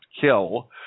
kill